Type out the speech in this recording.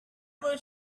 were